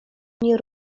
mnie